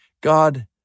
God